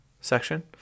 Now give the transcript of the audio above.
section